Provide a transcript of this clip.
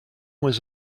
was